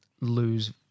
lose